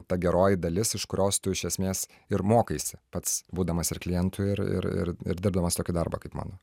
ta geroji dalis iš kurios tu iš esmės ir mokaisi pats būdamas ir klientu ir ir ir ir dirbdamas tokį darbą kaip mano